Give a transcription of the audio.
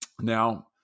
Now